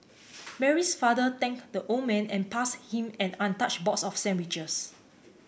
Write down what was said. Mary's father thanked the old man and passed him an untouched box of sandwiches